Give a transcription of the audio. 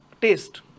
taste